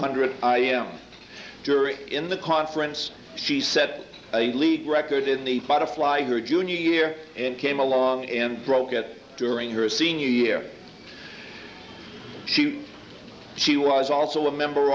hundred jury in the conference she set a league record in the butterfly her junior year and came along and broke it during her senior year she was also a member